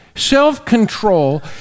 self-control